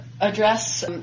address